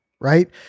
right